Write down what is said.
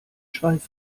schweiß